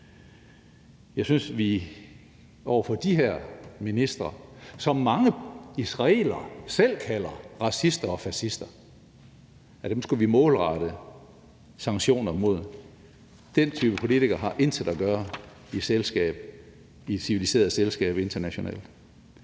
sanktioner mod de her ministre, som mange israelere selv kalder racister og fascister. Den type politikere har intet at gøre i et civiliseret selskab internationalt,